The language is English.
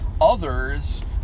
Others